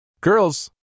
Girls